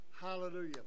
Hallelujah